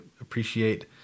appreciate